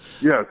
Yes